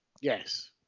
Yes